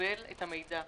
לקבל את המידע,